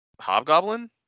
Hobgoblin